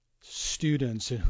students